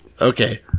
okay